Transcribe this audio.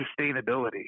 sustainability